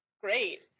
great